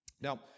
Now